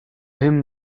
him